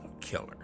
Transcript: Killer